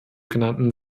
genannten